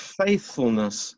faithfulness